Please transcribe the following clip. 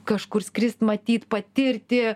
kažkur skrist matyt patirti